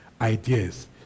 ideas